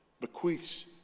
bequeaths